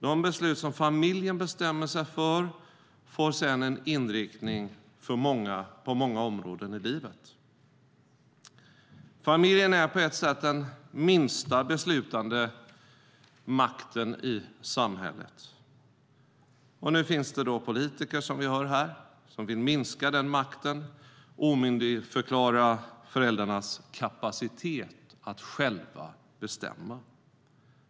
De beslut som familjen fattar får sedan en inriktning på många områden i livet. Familjen är på ett sätt den minsta beslutande makten i samhället. Nu finns det politiker, som vi hör här, som vill minska den makten och omyndigförklara föräldrarnas kapacitet att själva bestämma.